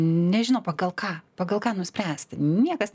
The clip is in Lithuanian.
nežino pagal ką pagal ką nuspręsti niekas